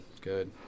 good